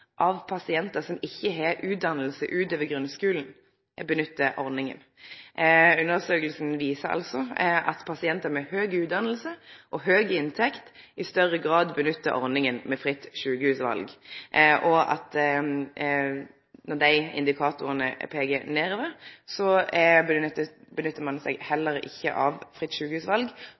av dei pasiantane som ikkje har utdanning utover grunnskulen, nyttar seg av ordninga. Undersøkinga viser altså at pasientar med høg utdanning og høg inntekt i større grad nyttar ordninga med fritt sjukehusval, og at når dei indikatorane peikar nedover, nyttar ein seg heller ikkje av ordninga med fritt sjukehusval